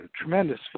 tremendous